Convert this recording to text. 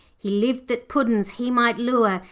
he lived that puddin's he might lure,